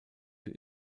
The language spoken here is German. für